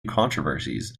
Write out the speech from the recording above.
controversies